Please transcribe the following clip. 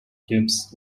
gibbs